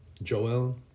Joel